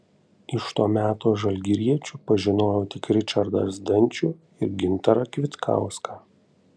iš to meto žalgiriečių pažinojau tik ričardą zdančių ir gintarą kvitkauską